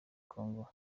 congo